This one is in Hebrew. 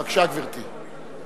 בבקשה, גברתי.